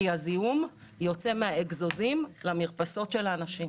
כי הזיהום יוצא מהאגזוזים למרפסות של האנשים.